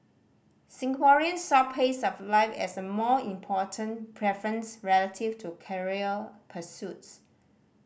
Singaporeans saw pace of life as a more important preference relative to career pursuits